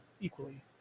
equally